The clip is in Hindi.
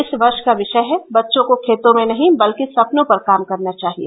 इस वर्ष का विषय है बच्चों को खेतों में नहीं बल्कि सपनों पर काम करना चाहिए